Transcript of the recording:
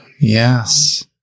yes